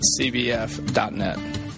cbf.net